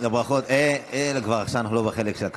היום אנחנו חודש אחרי,